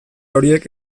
horiek